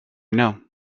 know